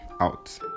out